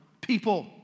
People